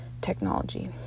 technology